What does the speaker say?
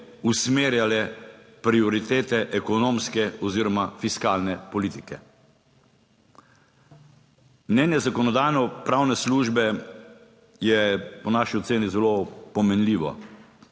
usmerjale prioritete ekonomske oziroma fiskalne politike. Mnenje Zakonodajno-pravne službe je po naši oceni zelo pomenljivo.